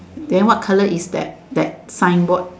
then what color is that that sign board